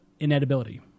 inedibility